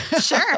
Sure